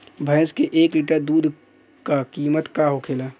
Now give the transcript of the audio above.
भैंस के एक लीटर दूध का कीमत का होखेला?